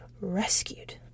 rescued